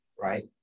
right